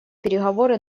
переговоры